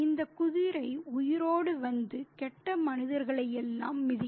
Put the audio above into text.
இந்த குதிரை உயிரோடு வந்து கெட்ட மனிதர்களை எல்லாம் மிதிக்கும்